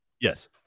Yes